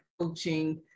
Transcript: coaching